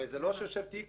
הרי זה לא שיושב תיק